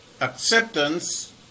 acceptance